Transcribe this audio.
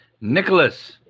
Nicholas